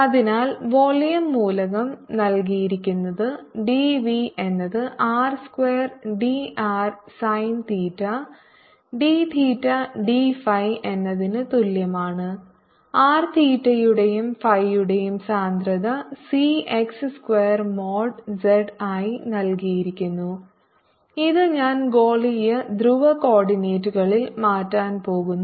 അതിനാൽ വോളിയം മൂലകം നൽകിയിരിക്കുന്നത് dv എന്നത് r square d r sine theta d theta d phi എന്നതിന് തുല്യമാണ് R തീറ്റയുടെയും phi യുടെയും സാന്ദ്രത C x square mod z ആയി നൽകിയിരിക്കുന്നു ഇത് ഞാൻ ഗോളീയ ധ്രുവ കോ ഓർഡിനേറ്റുകളിൽ മാറ്റാൻ പോകുന്നു